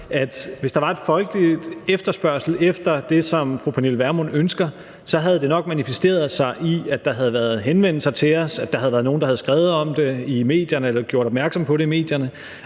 hvis der var en folkelig efterspørgsel efter det, som fru Pernille Vermund ønsker, så havde det nok manifesteret sig i, at der havde været henvendelser til os, og at der havde været nogen, der havde skrevet om det i medierne eller gjort opmærksom på det i medierne.